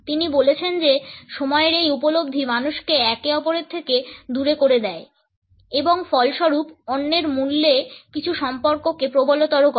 তিনি বলেছেন যে সময়ের এই উপলব্ধি মানুষকে একে অপরের থেকে দূর করে দেয় এবং ফলস্বরূপ অন্যের মূল্যে কিছু সম্পর্ককে প্রবলতর করে